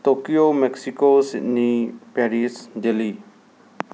Tokyo Mexico Sydney Paris daily